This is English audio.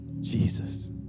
Jesus